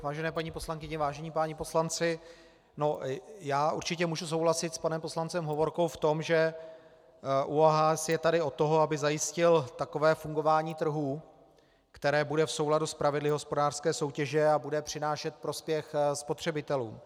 Vážené paní poslankyně, vážení páni poslanci, já určitě můžu souhlasit s panem poslancem Hovorkou v tom, že ÚOHS je tady od toho, aby zajistil takové fungování trhu, které bude v souladu s pravidly hospodářské soutěže a bude přinášet prospěch spotřebitelům.